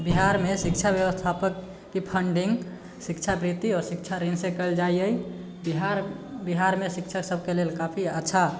बिहारमे शिक्षा बेबस्थापकके फण्डिङ्ग शिक्षावृत्ति आओर शिक्षा ऋणसँ करल जाइए बिहारमे शिक्षकसबके लेल काफी अच्छा